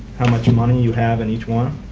how much money you have in each one.